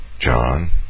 John